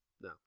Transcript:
No